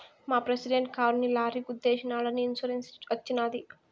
మా ప్రెసిడెంట్ కారుని లారీ గుద్దేశినాదని ఇన్సూరెన్స్ వచ్చినది